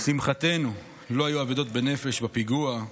לשמחתנו לא היו אבדות בנפש בפיגוע.